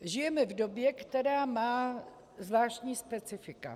Žijeme v době, která má zvláštní specifika.